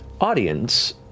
audience